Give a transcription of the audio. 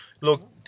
Look